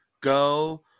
go